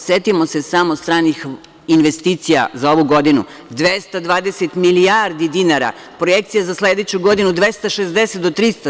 Setimo se samo stranih investicija za ovu godinu, 220 milijardi dinara, projekcija za sledeću godinu 260 do 300.